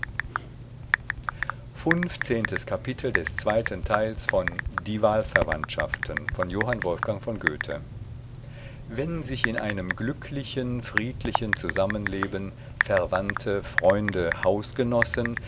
funfzehntes kapitel wenn sich in einem glücklichen friedlichen zusammenleben verwandte freunde